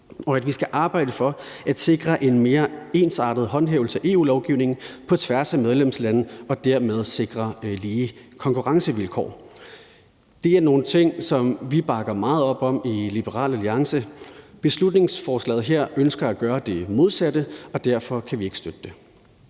og at vi skal arbejde for at sikre en mere ensartet håndhævelse af EU-lovgivningen på tværs af medlemslandene og dermed sikre lige konkurrencevilkår. Det er nogle ting, som vi i Liberal Alliance bakker meget op om. Beslutningsforslaget her ønsker at gøre det modsatte, og derfor kan vi ikke støtte det.